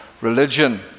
religion